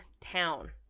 town